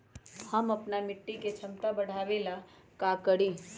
हम अपना मिट्टी के झमता बढ़ाबे ला का करी?